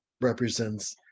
represents